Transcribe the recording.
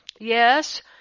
Yes